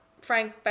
Frank